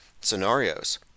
scenarios